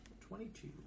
twenty-two